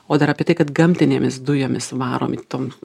o dar apie tai kad gamtinėmis dujomis varomi tom